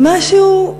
משהו,